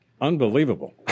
Unbelievable